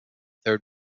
third